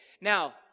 now